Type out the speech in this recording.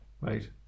Right